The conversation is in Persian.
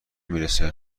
میرسه